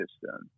system